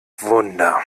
wunder